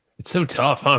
it's so tough.